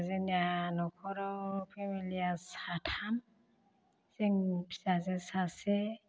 जोंनिया नखराव फेमिलिया साथाम जों फिसाजो सासे